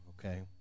okay